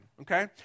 okay